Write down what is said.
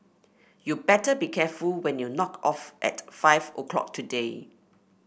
you better be careful when you knock off at five o'clock today